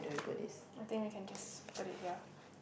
I think we can just put it here